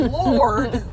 lord